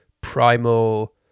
primal